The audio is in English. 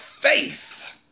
faith